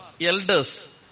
elders